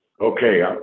Okay